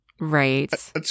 right